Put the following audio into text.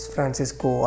Francisco